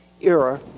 era